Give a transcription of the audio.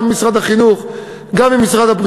גם ממשרד החינוך,